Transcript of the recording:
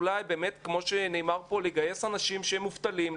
אולי כמו שנאמר כאן צריך לגייס אנשים שהם מובטלים,